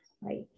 right